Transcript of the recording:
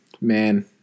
man